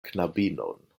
knabinon